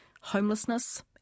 homelessness